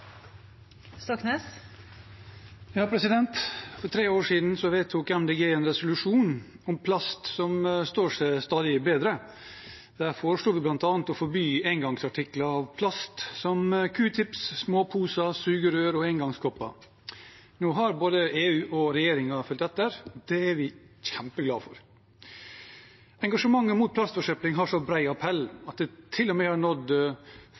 For tre år siden vedtok Miljøpartiet De Grønne en resolusjon om plast som står seg stadig bedre. Der foreslo vi bl.a. å forby engangsartikler av plast, som Q-tips, småposer, sugerør og engangskopper. Nå har både EU og regjeringen fulgt etter, og det er vi kjempeglade for. Engasjementet mot plastforsøplingen har så bred appell at det til og med har nådd